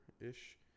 ish